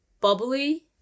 bubbly